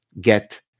get